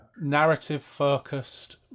Narrative-focused